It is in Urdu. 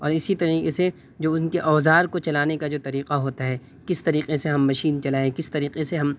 اور اسی طریقے سے جو ان کے اوزار کو چلانے کا جو طریقہ ہوتا ہے کس طریقے سے ہم مشین چلائیں کس طریقے سے ہم